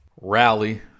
rally